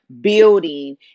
building